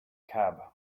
cab